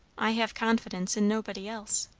i have confidence in nobody else,